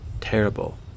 terrible